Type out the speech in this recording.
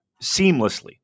seamlessly